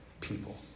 people